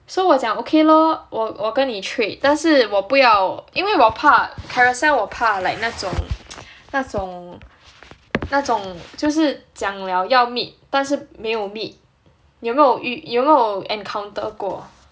so 我讲 okay lor 我跟你 trade 但是我不要因为我怕 Carousell 我怕 like 那种那种那种就是讲了要 meet 但是没有 meet 你有没有遇有没有 encounter 过